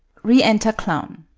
re-enter clown